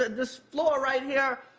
this floor right here,